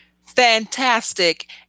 Fantastic